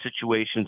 situations